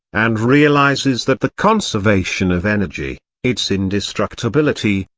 and realises that the conservation of energy, its indestructibility,